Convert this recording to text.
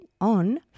on